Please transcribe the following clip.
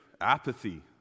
apathy